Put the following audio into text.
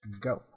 Go